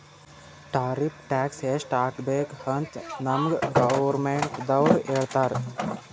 tariff tax ಎಸ್ಟ್ ಹಾಕಬೇಕ್ ಅಂತ್ ನಮ್ಗ್ ಗೌರ್ಮೆಂಟದವ್ರು ಹೇಳ್ತರ್